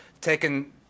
taken